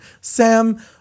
Sam